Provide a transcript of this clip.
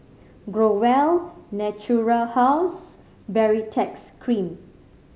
Growell Natura House Baritex Cream